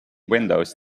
windows